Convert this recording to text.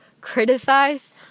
criticize